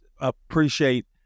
appreciate